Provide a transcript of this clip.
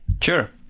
Sure